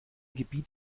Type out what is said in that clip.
gebiet